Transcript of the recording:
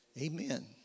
Amen